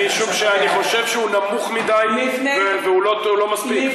משום שאני חושב שהוא נמוך מדי, והוא לא מספיק,